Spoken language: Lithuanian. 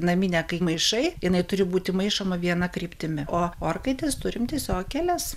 naminę kai maišai jinai turi būti maišoma viena kryptimi o orkaitės turinti tiesiog kelias